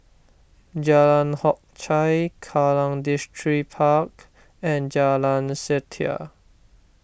Jalan Hock Chye Kallang Distripark and Jalan Setia